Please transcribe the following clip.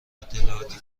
اطلاعاتی